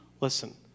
Listen